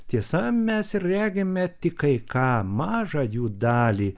tiesa mes regime tik kai kam mažą jų dalį